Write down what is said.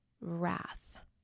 wrath